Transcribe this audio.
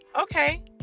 okay